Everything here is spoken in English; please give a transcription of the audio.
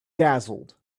dazzled